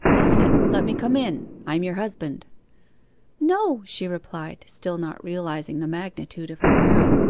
he said, let me come in i am your husband no, she replied, still not realizing the magnitude of her peril.